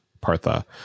Partha